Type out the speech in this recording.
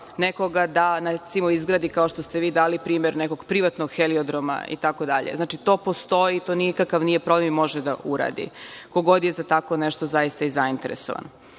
nekoga da, recimo, izgradi, kao što ste vi dali primer, neki privatni heliodrom itd. Znači, to postoji, to nije nikakav problem i to može da uradi, ko god je za tako nešto zaista i zainteresovan. Drugo,